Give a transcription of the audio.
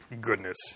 goodness